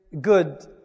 good